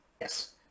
Yes